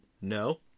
No